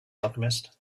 alchemist